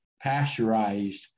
pasteurized